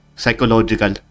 Psychological